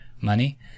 money